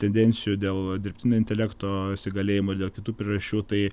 tendencijų dėl dirbtinio intelekto įsigalėjimo ir dėl kitų priežasčių tai